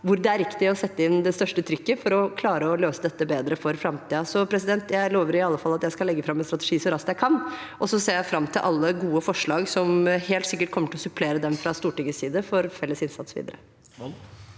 hvor det er riktig å sette inn det største trykket for å klare å løse dette bedre for framtiden. Jeg lover i alle fall at jeg skal legge fram en strategi så raskt jeg kan, og så ser jeg fram til alle gode forslag som helt sikkert kommer til å supplere den fra Stortingets side for felles innsats videre.